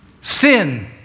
sin